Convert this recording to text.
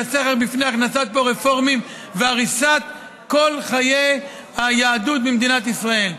היא הסכר בפני הכנסת רפורמים והריסת כל חיי היהדות במדינת ישראל.